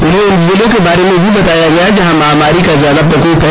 उन्हें उन जिलों के बारे में भी बताया गया जहां महामारी का ज्यादा प्रकोप है